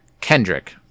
Kendrick